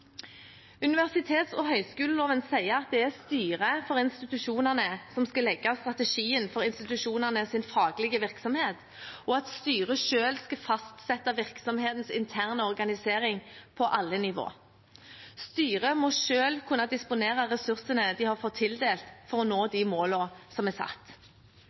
Universitets- og høyskoleloven sier at det er styret for institusjonene som skal legge strategien for institusjonenes faglige virksomhet, og at styret selv skal fastsette virksomhetens interne organisering på alle nivå. Styret må selv kunne disponere ressursene de har fått tildelt, for å nå de målene som er satt.